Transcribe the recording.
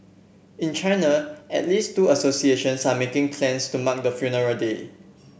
in China at least two associations are making plans to mark the funeral day